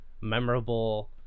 memorable